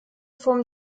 form